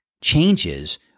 changes